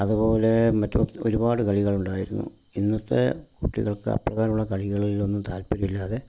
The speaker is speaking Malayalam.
അതുപോലെ മറ്റ് ഒരുപാട് കളികളുണ്ടായിരുന്നു ഇന്നത്തെ കുട്ടികൾക്ക് അപ്രകാരമുള്ള കളികളിലൊന്നും താല്പര്യമില്ലാതെ